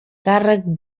càrrec